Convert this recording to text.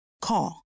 Call